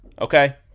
okay